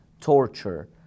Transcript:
torture